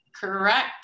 correct